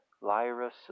Lyra